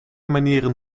manieren